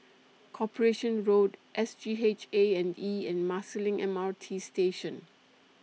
Corporation Road S G H A and E and Marsiling M R T Station